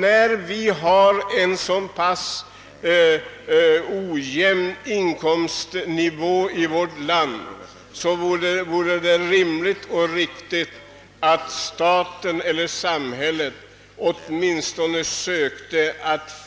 Med tanke på den ojämna inkomstnivån i vårt land vore det rimligt att samhället också sökte